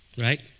right